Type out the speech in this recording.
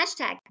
hashtag